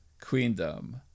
Queendom